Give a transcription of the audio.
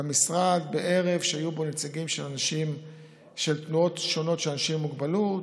במשרד בערב שהיו בו נציגים של תנועות שונות של אנשים עם מוגבלות,